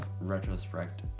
retrospect